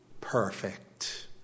perfect